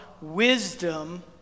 Wisdom